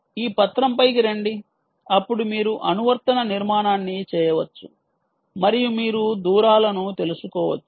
ఈ పత్రంపైకి రండి అప్పుడు మీరు అనువర్తన నిర్మాణాన్ని చేయవచ్చు మరియు మీరు దూరాలను తెలుసుకోవచ్చు